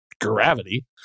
gravity